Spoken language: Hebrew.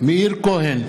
מאיר כהן,